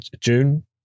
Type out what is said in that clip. June